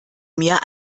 mehr